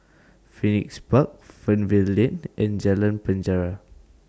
Phoenix Park Fernvale Lane and Jalan Penjara